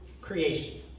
creation